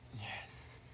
Yes